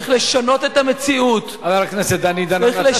צריך לשנות את המציאות, חבר הכנסת דני דנון.